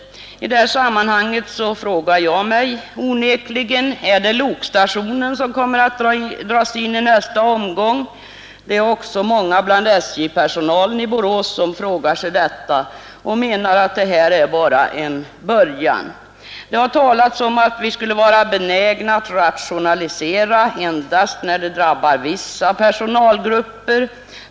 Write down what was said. I detta sammanhang frågar jag mig onekligen: Är det lokstationen som kommer att dras in i nästa omgång? Också många bland SJ-personalen i Borås frågar sig detta och menar att det här är bara en början. Det har talats om att vi skulle vara benägna att rationalisera endast när det drabbar vissa personalgrupper.